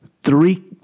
three